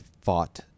fought